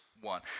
one